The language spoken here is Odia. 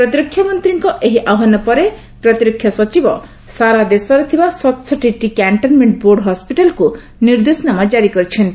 ପ୍ରତିରକ୍ଷାମନ୍ତ୍ରୀଙ୍କ ଏହି ଆହ୍ୱାନ ପରେ ପ୍ରତିରକ୍ଷା ସଚିବ ସାରା ଦେଶରେ ଥିବା ସତଷଠି କ୍ୟାଶ୍ଚନମେଷ୍ଟ ବୋର୍ଡ ହସ୍ୱିଟାଲକୁ ନିର୍ଦ୍ଦେଶାନାମା ଜାରି କରିଛନ୍ତି